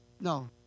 No